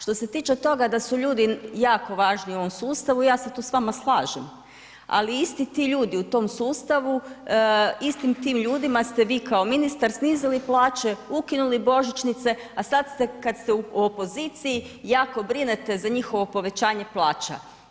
Što se tiče toga da su ljudi jako važni u ovom sustavu, ja se tu s vama slažem, ali isti ti ljudi u tom sustavu, istim tim ljudima ste vi kao ministar snizili plaće, ukinuli božićnice, a sad ste kad ste u opoziciji jako brinete za njihovo povećanje plaća.